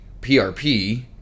PRP